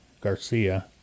Garcia